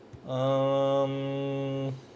um